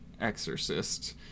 exorcist